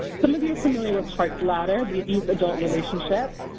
some of you are familiar with hart's ladder, the youth-adult relationship.